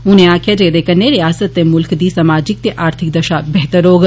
उनें आक्खेआ जे ऐदे कन्नै रियासत ते मुल्ख दी समाजिक ते आर्थिक दशा बेहतर होग